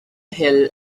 hill